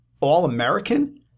All-American